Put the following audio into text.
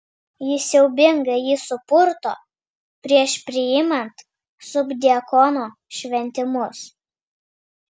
jis siaubingai jį supurto prieš priimant subdiakono šventimus